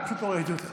פשוט לא ראיתי אותך.